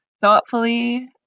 thoughtfully